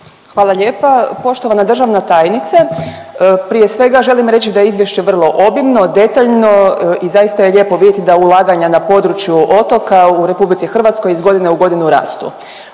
Hvala lijepa. Poštovana državna tajnice prije svega želim reći da je izvješće vrlo obimno, detaljno i zaista je lijepo vidjeti da ulaganja na području otoka u RH iz godine u godinu rastu.